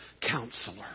counselor